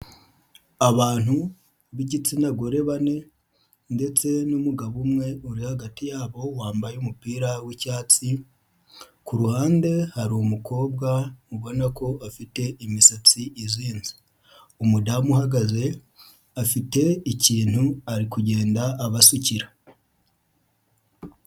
Abantu b'igitsina gore bane ndetse n'umugabo umwe uri hagati yabo wambaye umupira w'icyatsi, ku ruhande hari umukobwa ubona ko afite imisatsi izinze, umudamu uhagaze afite ikintu ari kugenda abasukira.